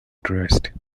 dressed